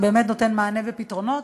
שבאמת נותן מענה ופתרונות,